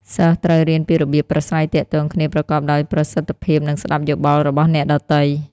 សិស្សត្រូវរៀនពីរបៀបប្រាស្រ័យទាក់ទងគ្នាប្រកបដោយប្រសិទ្ធភាពនិងស្តាប់យោបល់របស់អ្នកដទៃ។